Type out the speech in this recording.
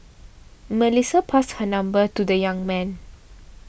Melissa passed her number to the young man